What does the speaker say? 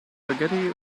spaghetti